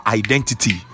identity